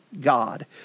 God